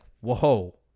whoa